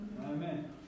Amen